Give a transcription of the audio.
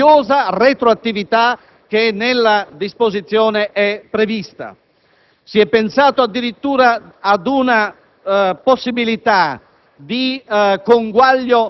quella rinuncia all'odiosa retroattività che è prevista nella disposizione. Si è pensato addirittura ad una possibilità